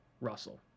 Russell